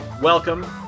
welcome